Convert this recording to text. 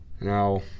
Now